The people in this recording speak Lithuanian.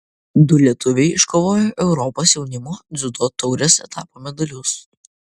du lietuviai iškovojo europos jaunimo dziudo taurės etapo medalius